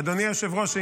אדוני היושב-ראש,